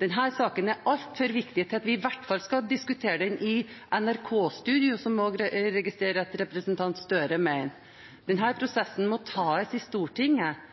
Denne saken er altfor viktig til at vi skal diskutere den i et NRK-studio, som jeg registrerer at representanten Gahr Støre mener. Denne prosessen må tas i Stortinget,